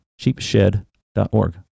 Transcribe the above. Sheepshed.org